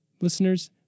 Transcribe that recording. listeners